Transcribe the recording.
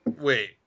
Wait